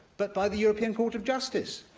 but by the european court of justice.